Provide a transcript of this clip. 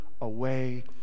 away